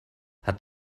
hat